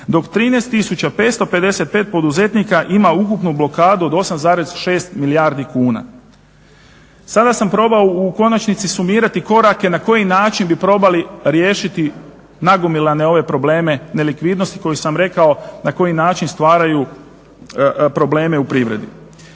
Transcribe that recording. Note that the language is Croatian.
dok 13 555 poduzetnika ima ukupnu blokadu od 8,6 milijardi kuna. Sada sam probao u konačnici sumirati korake, na koji način bi probali riješiti nagomilane ove probleme nelikvidnosti, koje sam rekao na koji način stvaraju probleme u privredi.